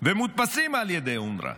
ומודפסים על ידי אונר"א,